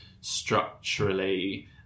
structurally